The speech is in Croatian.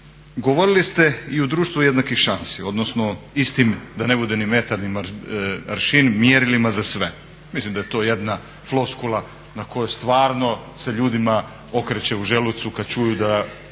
Govorili ste i o društvu jednakih šansi odnosno istim da ne bude aršin mjerilima za sve. Mislim da je to jedna floskula na koju stvarno se ljudima okreće u želucu kada čuju da